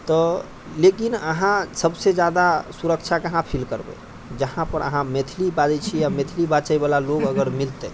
तऽ लेकिन अहाँ सभसँ ज्यादा सुरक्षा कहाँपर फील करबै जहाँपर अहाँ मैथिली बाजै छियै आ मैथिली बाजयवला लोक अगर मिलतै